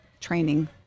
training